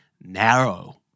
Narrow